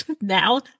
now